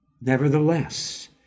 Nevertheless